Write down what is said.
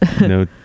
no